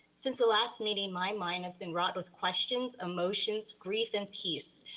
since the last meeting, my mind has been wrought with questions, emotions, grief, and peace.